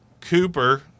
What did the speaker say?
cooper